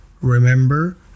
Remember